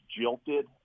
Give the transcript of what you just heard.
jilted